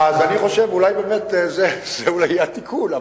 אז אני חושב שבאמת אולי זה יהיה התיקון,